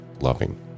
Loving